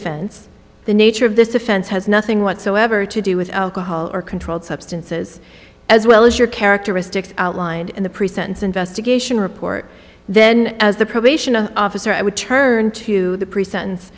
offense the nature of this offense has nothing whatsoever to do with alcohol or controlled substances as well as your characteristics outlined in the pre sentence investigation report then as the probation officer i would turn to the pre sentence